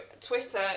Twitter